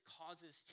causes